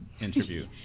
interview